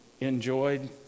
Enjoyed